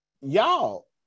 y'all